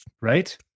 Right